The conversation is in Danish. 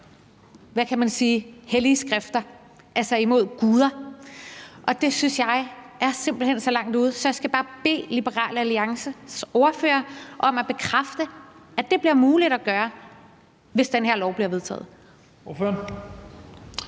protesterer imod hellige skrifter, altså imod guder, og det synes jeg simpelt hen er så langt ude. Så jeg skal bare bede Liberal Alliances ordfører om at bekræfte, at det bliver muligt at gøre det, hvis den her lov bliver vedtaget. Kl.